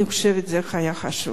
אני חושבת שזה היה חשוב.